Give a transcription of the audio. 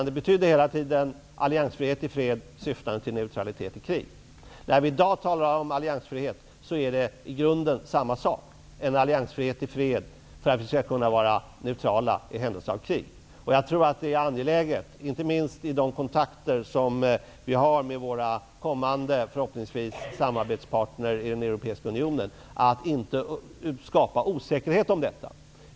Det betydde hela tiden: alliansfrihet i fred syftande till neutralitet i krig. När vi i dag talar om alliansfrihet är det i grunden samma sak; en alliansfrihet i fred för att vi skall kunna vara neutrala i händelse av krig. Jag tror att det är angeläget inte minst i de kontakter som vi har med våra -- förhoppningsvis -- blivande samarbetspartner i den europeiska unionen att inte skapa osäkerhet om detta.